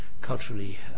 culturally